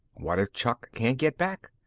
what if chuck can't get back?